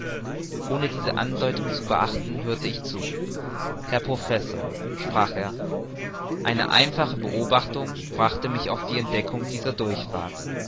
ohne diese andeutung zu beachten hörte ich zu herr professor sprach er eine einfache beobachtung brachte mich auf die entdeckung dieser durchfahrt